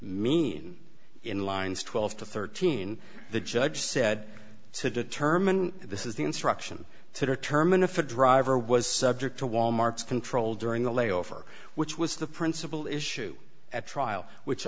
mean in lines twelve to thirteen the judge said to determine this is the instruction to determine if a driver was subject to wal mart's control during the layover which was the principal issue at trial which